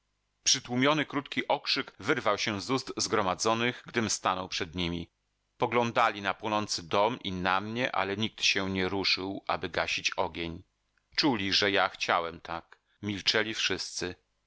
pogrzebowy przytłumiony krótki okrzyk wyrwał się z ust zgromadzonych gdym stanął przed nimi poglądali na płonący dom i na mnie ale nikt się nie ruszył aby gasić ogień czuli że ja chciałem tak milczeli wszyscy